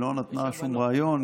היא לא נתנה שום ריאיון,